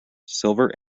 silver